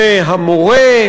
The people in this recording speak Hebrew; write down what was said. זה המורה,